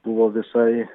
buvo visai